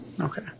Okay